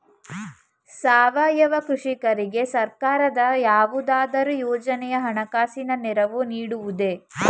ಸಾವಯವ ಕೃಷಿಕರಿಗೆ ಸರ್ಕಾರದ ಯಾವುದಾದರು ಯೋಜನೆಯು ಹಣಕಾಸಿನ ನೆರವು ನೀಡುವುದೇ?